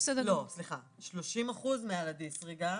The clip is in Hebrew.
30% מעל הדיסריגרד,